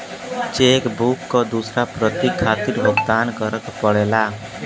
check book क दूसर प्रति खातिर भुगतान करना पड़ला